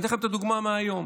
אתן לכם דוגמה מהיום: